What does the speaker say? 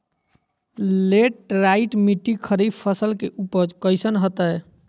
Laterite मिट्टी खरीफ फसल के उपज कईसन हतय?